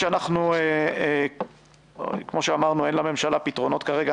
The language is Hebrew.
כמובן, כמו שאמרנו, אין לממשלה פתרונות כרגע.